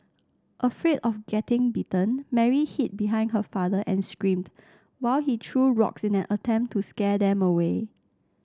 afraid of getting bitten Mary hid behind her father and screamed while he threw rocks in an attempt to scare them away